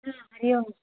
हा हरिः ओम्